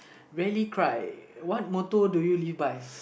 rarely cry what motto do you live by